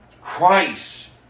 Christ